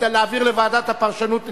ועדת הפרשנות תתקן.